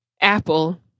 apple